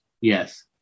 Yes